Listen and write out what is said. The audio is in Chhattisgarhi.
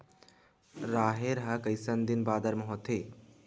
राहेर ह कइसन दिन बादर म होथे?